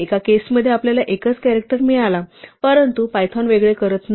एका केसमध्ये आपल्याला एकच कॅरॅक्टर मिळाला परंतु पायथॉन वेगळे करत नाही